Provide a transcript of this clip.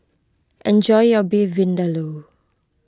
enjoy your Beef Vindaloo